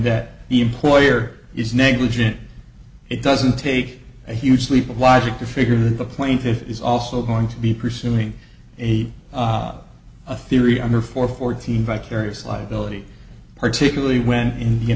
that the employer is negligent it doesn't take a huge leap of logic to figure that the plaintiff is also going to be pursuing a theory on her for fourteen vicarious liability particularly when in